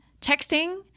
texting